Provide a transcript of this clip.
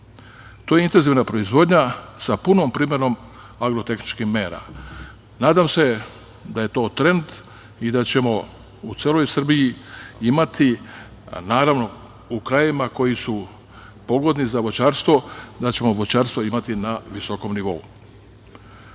To je intenzivna proizvodnja sa punom primenom agro-tehničkih mera. Nadam se da je to trend i da ćemo u celoj Srbiji imati, naravno, u krajevima koji su pogodni za voćarstvo, da ćemo voćarstvo imati na visokom